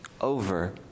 over